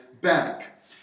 back